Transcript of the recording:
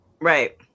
Right